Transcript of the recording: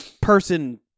person